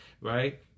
right